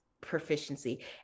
proficiency